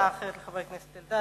הצעה אחרת לחבר הכנסת אלדד.